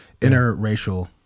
interracial